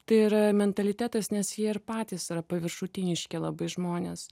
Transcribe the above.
tai yra mentalitetas nes jie ir patys yra paviršutiniški labai žmonės